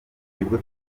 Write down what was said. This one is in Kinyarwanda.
nibwo